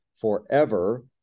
forever